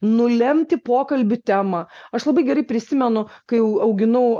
nulemti pokalbių temą aš labai gerai prisimenu kai auginau